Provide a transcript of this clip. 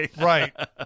right